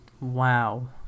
Wow